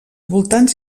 voltants